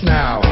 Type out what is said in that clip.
now